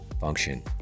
function